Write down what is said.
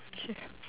okay